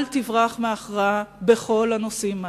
אל תברח מהכרעה בכל הנושאים האלה.